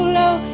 low